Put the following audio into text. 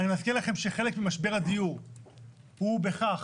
אני מזכיר לכם שחלק ממשבר הדיור הוא מכך